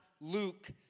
Luke